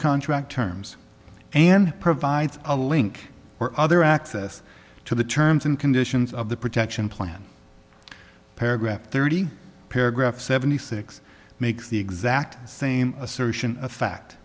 contract terms and provides a link or other access to the terms and conditions of the protection plan paragraph thirty paragraph seventy six makes the exact same assertion of fact